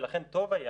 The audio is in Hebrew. ולכן טוב היה